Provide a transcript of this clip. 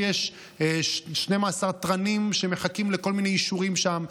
יש 12 תרנים שמחכים לכל מיני אישורים שם.